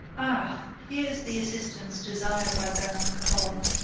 ah, here is the assistance desired by baron cahorn!